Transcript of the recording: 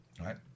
right